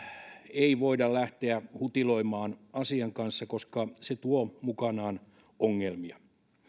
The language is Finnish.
ei voida lähteä hutiloimaan asian kanssa koska se tuo mukanaan ongelmia